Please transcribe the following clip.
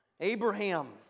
Abraham